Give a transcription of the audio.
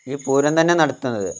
ഈ പൂരം തന്നെ നടത്തുന്നത്